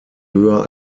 höher